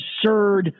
absurd